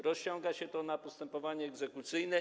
Rozciąga się to na postępowanie egzekucyjne.